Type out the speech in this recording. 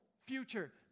future